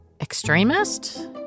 extremist